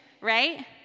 right